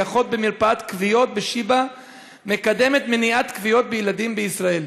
שהיא אחות במרפאת כוויות בשיבא ומקדמת מניעת כוויות בילדים בישראל.